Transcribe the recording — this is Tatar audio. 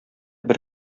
бер